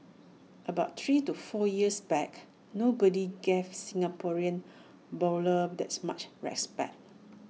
about three to four years back nobody gave Singaporean bowlers that much respect